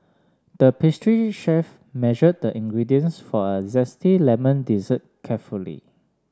the pastry chef measured the ingredients for a zesty lemon dessert carefully